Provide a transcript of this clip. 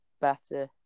better